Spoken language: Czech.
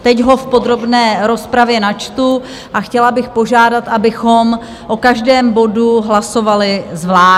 Teď ho v podrobné rozpravě načtu a chtěla bych požádat, abychom o každém bodu hlasovali zvlášť.